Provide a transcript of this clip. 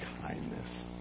kindness